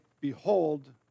Behold